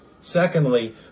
Secondly